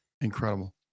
Incredible